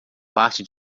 parte